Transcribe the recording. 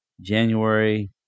January